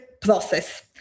process